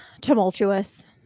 tumultuous